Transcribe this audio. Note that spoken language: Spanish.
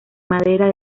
madera